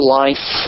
life